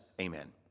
amen